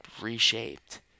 reshaped